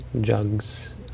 jugs